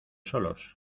solos